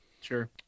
Sure